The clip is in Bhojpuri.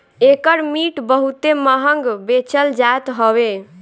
एकर मिट बहुते महंग बेचल जात हवे